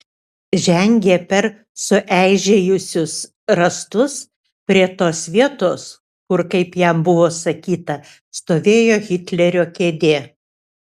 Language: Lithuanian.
žengė per sueižėjusius rąstus prie tos vietos kur kaip jam buvo sakyta stovėjo hitlerio kėdė